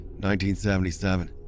1977